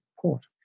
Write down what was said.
port